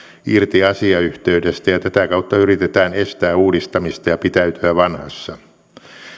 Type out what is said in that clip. irti asiayhteydestä ja tätä kautta yritetään estää uudistamista ja pitäytyä vanhassa